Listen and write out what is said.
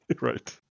Right